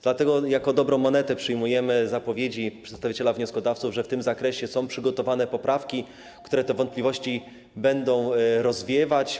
Dlatego za dobrą monetę przyjmujemy zapowiedzi przedstawiciela wnioskodawców, że w tym zakresie są przygotowane poprawki, które te wątpliwości będą rozwiewać.